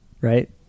right